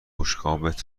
بشقابت